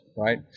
right